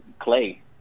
clay